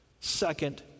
second